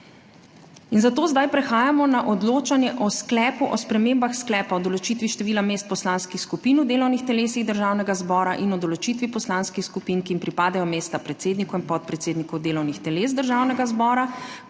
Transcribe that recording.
Zato zdaj prehajamo na odločanje o Sklepu o spremembah Sklepa o določitvi števila mest poslanskih skupin v delovnih telesih Državnega zbora in o določitvi poslanskih skupin, ki jim pripadajo mesta predsednikov in podpredsednikov delovnih teles Državnega zbora,